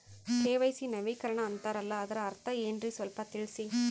KYC ನವೀಕರಣ ಅಂತಾರಲ್ಲ ಅದರ ಅರ್ಥ ಏನ್ರಿ ಸ್ವಲ್ಪ ತಿಳಸಿ?